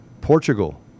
Portugal